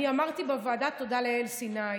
אני אמרתי בוועדה תודה ליעל סיני.